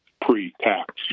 pre-tax